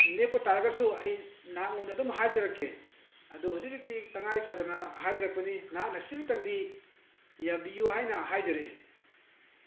ꯂꯦꯞꯄ ꯇꯥꯔꯒꯁꯨ ꯑꯩ ꯅꯉꯣꯟꯗ ꯑꯗꯨꯝ ꯍꯥꯏꯖꯔꯛꯀꯦ ꯑꯗꯨ ꯍꯧꯖꯤꯛ ꯍꯧꯖꯤꯛꯇꯤ ꯇꯉꯥꯏ ꯐꯗꯅ ꯍꯥꯏꯖꯔꯛꯄꯅꯤ ꯅꯍꯥꯛꯅ ꯁꯤꯝꯇꯪꯗꯤ ꯌꯥꯕꯤꯌꯨ ꯍꯥꯏꯅ ꯍꯥꯏꯖꯔꯛꯏ